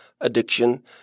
addiction